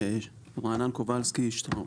רענן קובלסקי שטראוס.